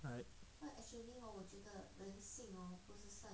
alright